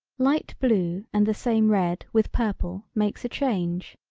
light blue and the same red with purple makes a change.